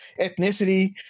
ethnicity